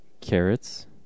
carrots